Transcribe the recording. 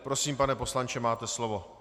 Prosím, pane poslanče, máte slovo.